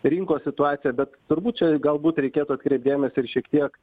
rinkos situacija bet turbūt čia galbūt reikėtų atkreipt dėmesį ir šiek tiek